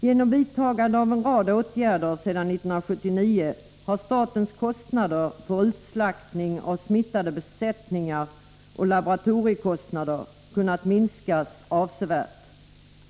Genom vidtagande av en rad åtgärder sedan 1979 har statens kostnader för utslaktning av smittade besättningar och för laboratoriekostnader kunnat minskas avsevärt.